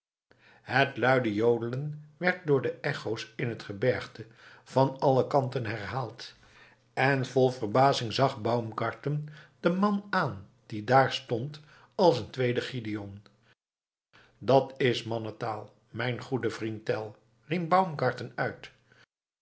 het luide jodelen werd door de echo's in het gebergte van alle kanten herhaald en vol verbazing zag baumgarten den man aan die daar stond als een tweede gideon dat is mannentaal mijn goede vriend tell riep baumgarten uit